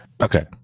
Okay